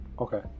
Okay